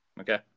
Okay